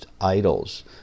idols